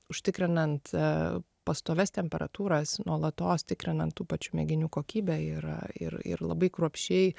užtikrinant pastovias temperatūras nuolatos tikrinant tų pačių mėginių kokybę ir ir ir labai kruopščiai